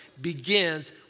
begins